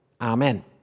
Amen